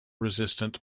resistant